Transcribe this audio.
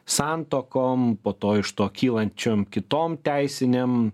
santuokom po to iš to kylančiom kitom teisinėm